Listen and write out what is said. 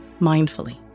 mindfully